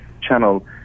channel